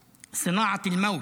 היושב-ראש,